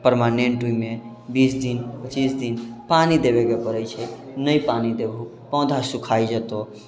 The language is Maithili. परमानेन्ट ओहिमे बीस दिन पचीस दिन पानी देबैके पड़ै छै नहि पानी देबहऽ पौधा सुखाइ जेतऽ